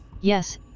Yes